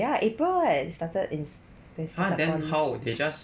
ya april [what] started in they started one month only